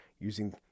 using